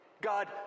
god